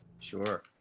Sure